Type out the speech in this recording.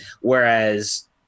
whereas